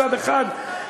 מצד אחד,